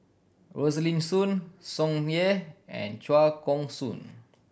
Rosaline Soon Tsung Yeh and Chua Koon Siong